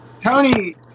Tony